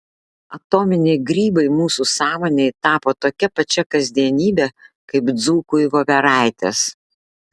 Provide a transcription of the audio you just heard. atominiai grybai mūsų sąmonei tapo tokia pačia kasdienybe kaip dzūkui voveraitės